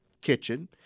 kitchen